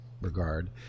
regard